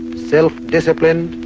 self-disciplined,